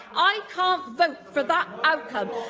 i can't vote for that outcome.